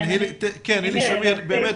באמת,